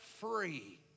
free